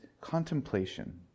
contemplation